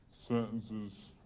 sentences